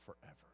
forever